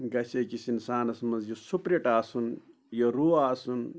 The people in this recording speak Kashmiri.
گژھِ أکِس اِنسانَس منٛز یہِ سُپرِٹ آسُن یہِ روٗح آسُن